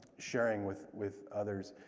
sharing with with others,